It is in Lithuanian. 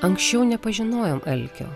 anksčiau nepažinojom alkio